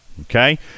Okay